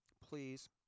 please